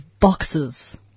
boxes